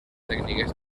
tècniques